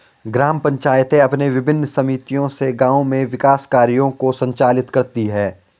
ग्राम पंचायतें अपनी विभिन्न समितियों से गाँव में विकास कार्यों को संचालित करती हैं